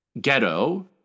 ghetto